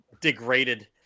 degraded